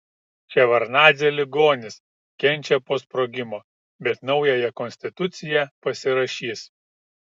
ševardnadzė ligonis kenčia po sprogimo bet naująją konstituciją pasirašys